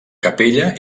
capella